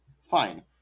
fine